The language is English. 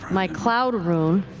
my cloud rune.